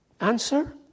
Answer